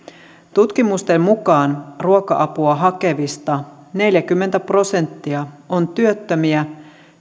tutkimusten mukaan ruoka apua hakevista neljäkymmentä prosenttia on työttömiä